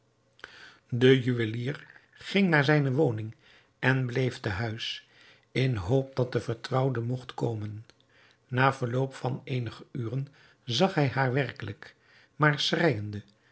de juwelier ging naar zijne woning en bleef te huis in de hoop dat de vertrouwde mogt komen na verloop van eenige uren zag hij haar werkelijk maar schreijende